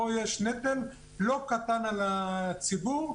יש פה נטל לא קטן על הציבור,